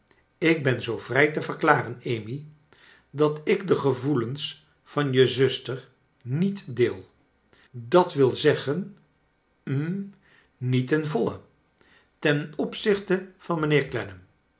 ik ben zoo vrrj te verklaren amy dat ik de gevoelens van je zuster niet deel d w z hm niet ten voile ten opzichte van mijnheer